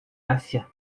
asia